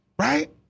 Right